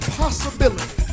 possibility